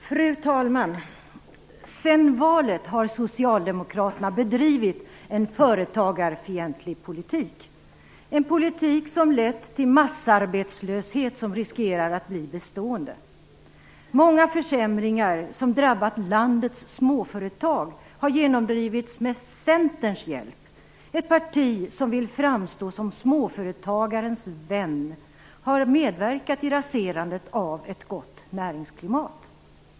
Fru talman! Sedan valet har Socialdemokraterna bedrivit en företagarfientlig politik, en politik som lett till massarbetslöshet som riskerar att bli bestående. Många försämringar som drabbat landets småföretag har genomdrivits med Centerns hjälp. Ett parti som vill framstå som småföretagarens vän har medverkat i raserandet av ett gott näringsklimat.